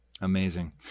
Amazing